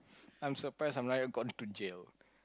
I'm surprised I'm not yet got into jail